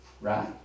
right